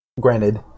granted